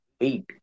Wait